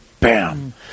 Bam